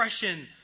depression